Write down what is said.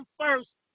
first